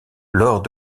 lors